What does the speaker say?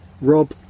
Rob